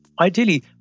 ideally